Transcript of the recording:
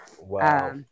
Wow